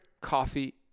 coffee